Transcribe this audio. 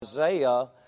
Isaiah